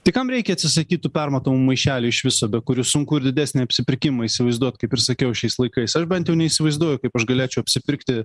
tai kam reikia atsisakyt tų permatomų maišelių iš viso be kurių sunku ir didesnį apsipirkimą įsivaizduot kaip ir sakiau šiais laikais aš bent jau neįsivaizduoju kaip aš galėčiau apsipirkti